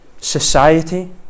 society